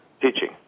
teaching